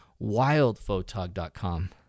WildPhotog.com